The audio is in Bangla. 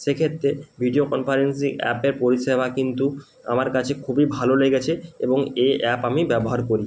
সেক্ষেত্রে ভিডিও কনফারেন্সিং অ্যাপের পরিষেবা কিন্তু আমার কাছে খুবই ভালো লেগেছে এবং এই অ্যাপ আমি ব্যবহার করি